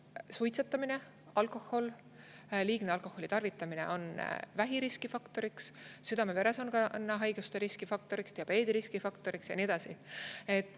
suitsetamine ja liigne alkoholi tarvitamine on vähi riskifaktor, südame-veresoonkonna haiguste riskifaktor, diabeedi riskifaktor ja nii edasi. Ma